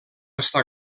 està